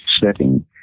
setting